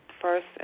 first